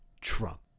Trump